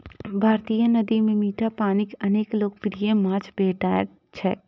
भारतीय नदी मे मीठा पानिक अनेक लोकप्रिय माछ भेटैत छैक